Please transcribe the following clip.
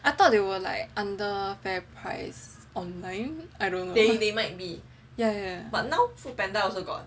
I thought they were like under Fairprice online I don't know ya ya ya